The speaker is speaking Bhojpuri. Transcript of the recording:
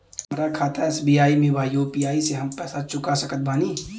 हमारा खाता एस.बी.आई में बा यू.पी.आई से हम पैसा चुका सकत बानी?